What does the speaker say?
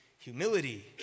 humility